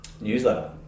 newsletter